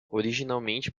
originalmente